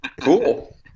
Cool